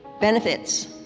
Benefits